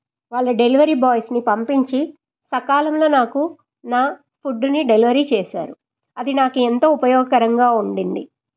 వాళ్ళ డెలివరీ బాయ్స్ని పంపించి సకాలంలో నాకు నా ఫుడ్డుని డెలివరీ చేశారు అది నాకు ఎంతో ఉపయోగకరంగా ఉండింది